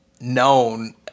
known